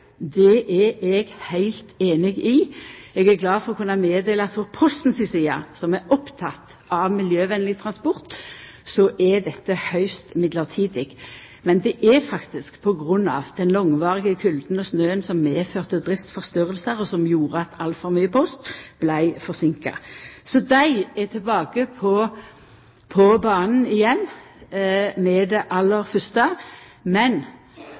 Det er eg heilt einig i. Eg er glad for å kunne melda at frå Posten si side, som er oppteken av miljøvenleg transport, er dette høgst mellombels, men ein gjer det faktisk på grunn av at den langvarige kulden og snøen medførte driftsforstyrringar som gjorde at altfor mykje post vart forseinka. Så dei er tilbake på banen igjen med det aller fyrste. Men